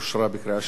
נתקבל.